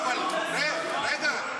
רגע, רגע.